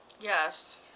Yes